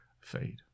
fade